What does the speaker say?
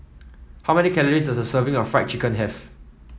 how many calories does a serving of Fried Chicken have